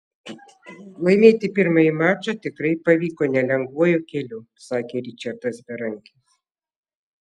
laimėti pirmąjį mačą tikrai pavyko nelengvuoju keliu sakė ričardas berankis